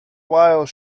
while